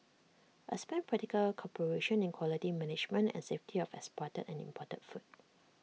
expand practical cooperation in quality management and safety of exported and imported food